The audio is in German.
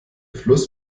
fluss